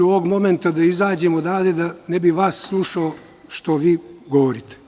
Ovog momenta ću da izađem odavde da ne bih vas slušao šta govorite.